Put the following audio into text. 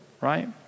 right